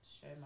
show